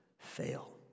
fail